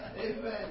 Amen